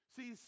See